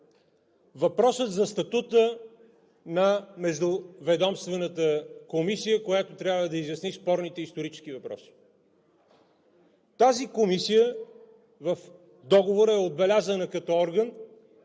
въпросът за статута на Междуведомствената комисия, която трябва да изясни спорните исторически въпроси. Тази комисия в Договора е отбелязана като орган,